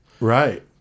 Right